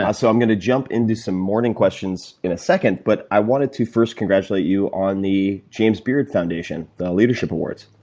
ah so i'm going to jump into some morning questions in a second, but i wanted to first congratulate you on the james beard foundation leadership awards.